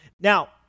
Now